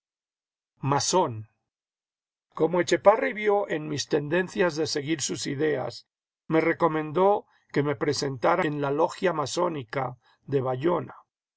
masón como etchepare vio en mí tendencias de seguir sus ideas me recomendó que me presentara en la logia masónica de bayona